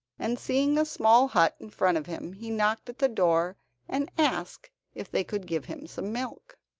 and seeing a small hut in front of him, he knocked at the door and asked if they could give him some milk.